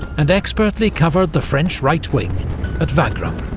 and expertly covered the french right wing at wagram.